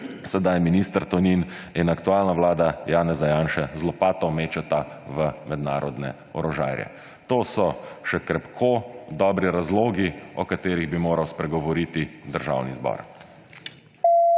sedaj minister Tonin in aktualna vlada Janeza Janše z lopato mečeta v mednarodne orožarje. To so še krepko dobri razlogi, o katerih bi moral spregovoriti Državni zbor.